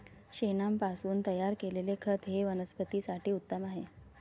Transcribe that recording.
शेणापासून तयार केलेले खत हे वनस्पतीं साठी उत्तम आहे